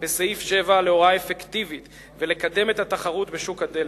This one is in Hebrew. בסעיף 7 להוראה אפקטיבית ולקדם את התחרות בשוק הדלק.